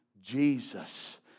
Jesus